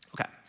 Okay